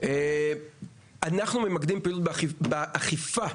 אנחנו ממקדים פעילות באכיפה,